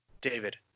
David